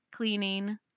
cleaning